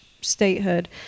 statehood